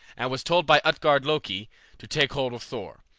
and was told by utgard-loki to take hold of thor.